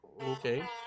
Okay